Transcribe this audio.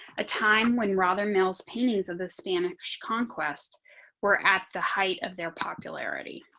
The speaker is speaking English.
a time when rather males paintings of the spanish conquest were at the height of their popularity